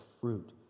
fruit